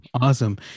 awesome